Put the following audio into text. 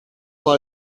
war